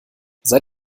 seit